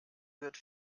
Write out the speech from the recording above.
wird